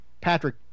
Patrick